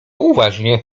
uważnie